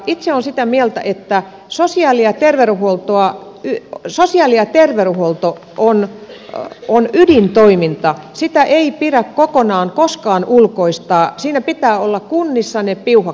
itse olen sitä mieltä että sosiaali ja terveydenhuolto on ydintoimintaa sitä ei pidä koskaan kokonaan ulkoistaa siinä pitää olla kunnissa ne piuhat käsissä